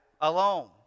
alone